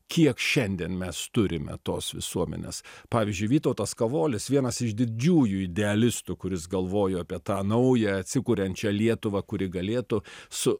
kiek šiandien mes turime tos visuomenės pavyzdžiui vytautas kavolis vienas iš didžiųjų idealistų kuris galvojo apie tą naują atsikuriančią lietuvą kuri galėtų su